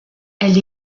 elle